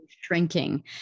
shrinking